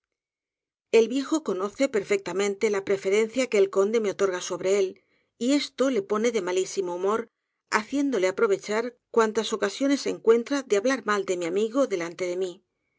el viejo conoce perfectamente la preferencia que el conde me otorga sobre él y esto le pone de malísimo humor haciéndole aprovechar cuantas ocasiones encuentra de hablar mal de mi amigo delante de mí